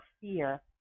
fear